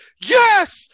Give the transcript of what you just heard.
Yes